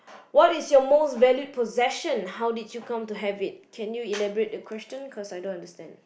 what is your most valued possession how did you come to have it can you elaborate that question cause I don't understand